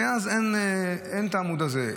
ומאז אין את העמוד הזה.